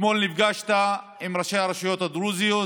אתמול נפגשת עם ראשי הרשויות הדרוזיות,